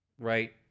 right